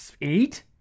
Eight